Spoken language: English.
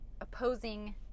opposing